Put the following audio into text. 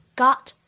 got